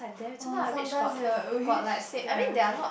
oh sometimes they wish ya